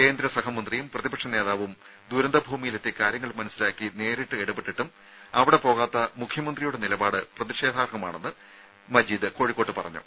കേന്ദ്രസഹമന്ത്രിയും പ്രതിപക്ഷ നേതാവും ദുരന്ത ഭൂമിയിലെത്തി കാര്യങ്ങൾ മനസ്സിലാക്കി നേരിട്ട് ഇടപെട്ടിട്ടും അവിടെ പോവാത്ത മുഖ്യമന്ത്രിയുടെ നിലപാട് പ്രതിഷേധാർഹമാണെന്ന് മജീദ് കോഴിക്കോട്ട് പറഞ്ഞു